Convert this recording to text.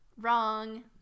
wrong